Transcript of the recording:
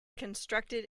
constructed